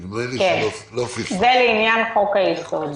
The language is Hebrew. זה לעניין חוק-היסוד.